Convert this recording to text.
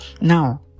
Now